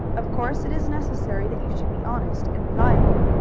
of course it is necessary that you should be honest and reliable.